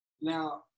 Now